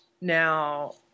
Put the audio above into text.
Now